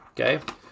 Okay